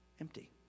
empty